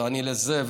ואני לזה,